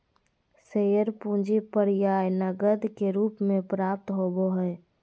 share पूंजी प्राय नकद के रूप में प्राप्त होबो हइ